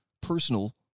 personal